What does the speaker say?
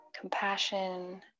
compassion